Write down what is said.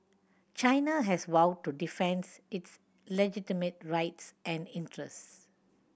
China has vowed to defends its legitimate rights and interests